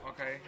Okay